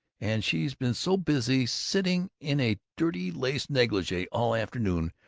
and she's been so busy sitting in a dirty lace negligee all afternoon,